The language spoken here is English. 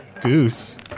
goose